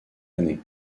année